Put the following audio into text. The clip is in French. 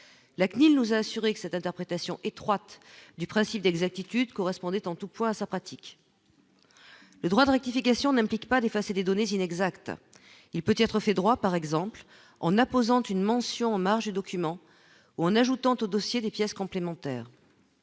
la CNIL nous assurer que cette interprétation étroite du principe d'exactitude correspondait en tous points sa pratique le droit de rectification n'implique pas d'effacer des données inexactes, il peut être fait droit, par exemple l'en apposant une mention document en ajoutant au dossier des pièces complémentaires